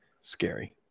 scary